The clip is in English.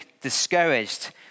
discouraged